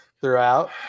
throughout